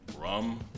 rum